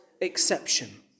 exception